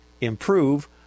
Improve